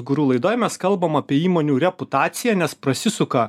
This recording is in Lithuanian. guru laidoj mes kalbam apie įmonių reputaciją nes prasisuka